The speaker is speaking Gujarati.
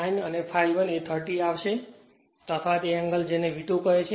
9 અને ∅1એ 30 આવશે અથવા તે એંગલ જેને V2 કહે છે